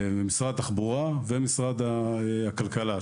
משרד התחבורה ומשרד הכלכלה,